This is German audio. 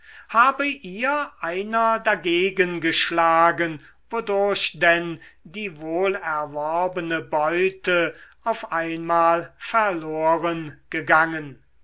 habe ihr einer dagegen geschlagen wodurch denn die wohlerworbene beute auf einmal verloren gegangen